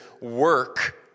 work